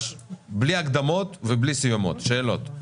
בלי הקדמות ובלי סיומות, פשוט לשאול את השאלות.